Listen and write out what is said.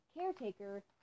caretaker